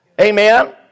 Amen